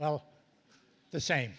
well the same